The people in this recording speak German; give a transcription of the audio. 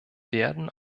werden